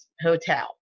Hotel